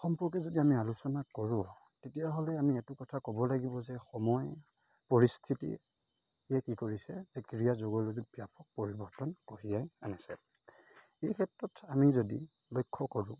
সম্পৰ্কে যদি আমি আলোচনা কৰোঁ তেতিয়াহ'লে আমি এইটো কথা ক'ব লাগিব যে সময় পৰিস্থিতিয়ে কি কৰিছে যে ক্ৰিয়া জগতত ব্যাপক পৰিৱৰ্তন কঢ়িয়াই আনিছে এই ক্ষেত্ৰত আমি যদি লক্ষ্য কৰোঁ